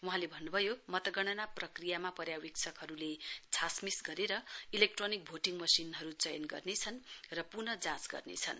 वहाँले भन्नभयो मतगणना प्रक्रिया पर्यावेक्षकहरूले छासमिस गरेर इलेक्ट्रोनिक भोटिङ मसिनहरू चयन गर्छन् र पुनः जाँच गर्नेछन्